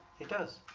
he does?